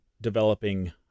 developing